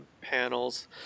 panels